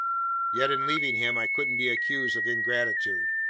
yet in leaving him i couldn't be accused of ingratitude.